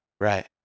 right